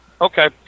Okay